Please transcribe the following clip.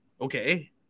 Okay